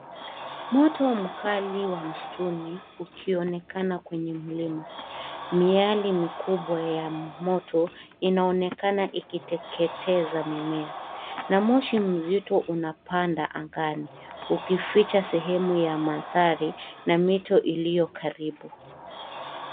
Moto mkali wa msituni ukionekana kwenye mlima. Miale mikubwa ya moto inaonekana ikiteketeza mimea na moshi mzito unapanda angani ukificha sehemu ya mandhari na mito iliyo karibu.